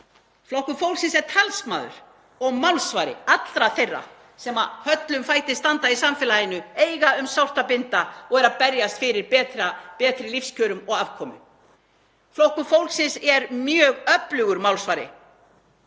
Flokkur fólksins er talsmaður og málsvari allra þeirra sem höllum fæti standa í samfélaginu, eiga um sárt að binda og eru að berjast fyrir betri lífskjörum og afkomu. Flokkur fólksins er mjög öflugur málsvari